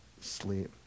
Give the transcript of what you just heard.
sleep